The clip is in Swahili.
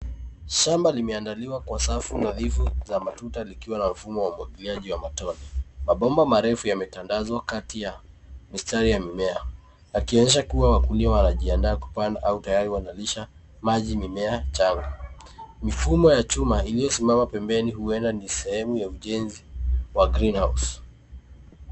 Shamba limeandaliwa kwa safu nadhifu za matuta likiwa na mfumo wa umwagiliaji wa matone. Mabomba marefu yametandazwa kati ya mistari ya mimea yakionyesha kuwa wakulima wanajiandaa kupanda au tayari wanalisha maji mimea changa. Mifumo ya chuma iliyosimama pembeni huenda ni sehemu ya ujenzi wa green house .